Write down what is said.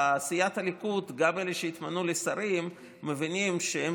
בסיעת הליכוד גם אלה שהתמנו לשרים מבינים שהם